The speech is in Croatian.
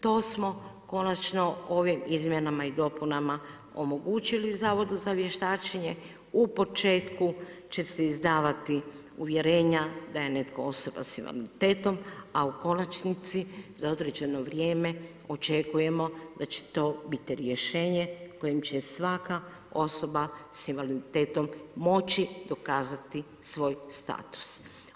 To smo konačno ovim izmjenama i dopunama omogućili Zavodu za vještačenje, u početku će se izdavati uvjerenja da je netko osoba sa invaliditetom a u konačnici za određeno vrijeme, očekujemo da će to biti rješenje kojim će svaka osoba sa invaliditetom moći dokazati svoj status.